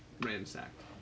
ransacked